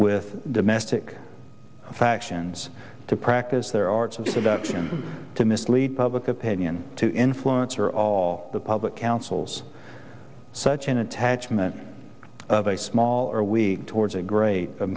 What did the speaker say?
with domestic factions to practice their arts is about to mislead public opinion to influence or all the public councils such an attachment of a small or weak towards a great